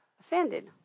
Offended